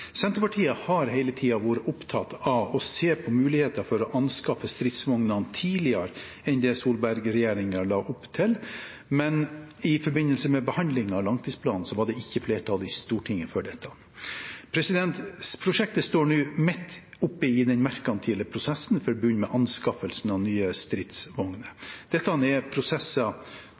Senterpartiet har hele tiden vært opptatt av å se på muligheter for å anskaffe stridsvogner tidligere enn det Solberg-regjeringen la opp til, men i forbindelse med behandlingen av langtidsplanen var det ikke flertall i Stortinget for det. Prosjektet står nå midt i den merkantile prosessen for å begynne med anskaffelse av nye stridsvogner. Dette er prosesser